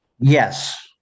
Yes